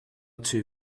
two